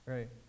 Right